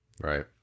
Right